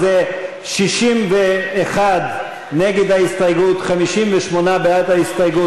אז זה 61 נגד ההסתייגות, 58 בעד ההסתייגות.